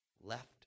left